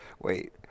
Wait